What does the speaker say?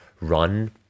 run